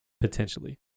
potentially